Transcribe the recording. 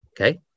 Okay